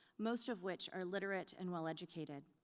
most of which are literate and well educated.